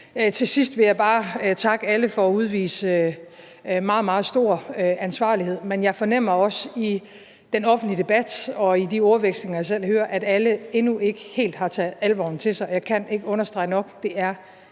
Til sidst vil jeg bare takke alle for at udvise meget, meget stor ansvarlighed, men jeg fornemmer også i den offentlige debat og i de ordvekslinger, jeg selv hører, at alle endnu ikke helt har taget alvoren til sig. Jeg kan ikke understrege nok, at det er